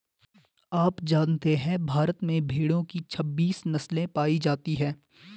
आप जानते है भारत में भेड़ो की छब्बीस नस्ले पायी जाती है